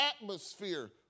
atmosphere